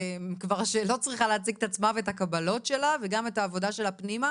שכבר לא צריכה להציג את עצמה ואת הקבלות שלה וגם את העבודה שלה פנימה